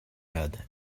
had